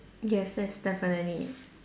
yes yes definitely